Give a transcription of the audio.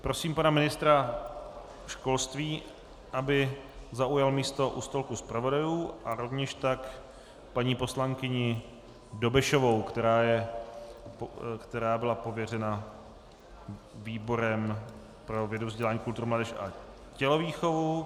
Prosím pana ministra školství, aby zaujal místo u stolku zpravodajů, a rovněž tak paní poslankyni Dobešovou, která byla pověřena výborem pro vědu, vzdělání, kulturu, mládež a tělovýchovu.